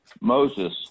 Moses